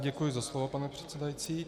Děkuji za slovo, pane předsedající.